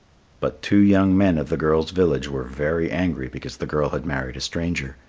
but two young men of the girl's village were very angry because the girl had married a stranger.